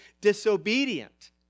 disobedient